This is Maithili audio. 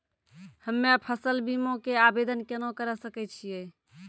हम्मे फसल बीमा के आवदेन केना करे सकय छियै?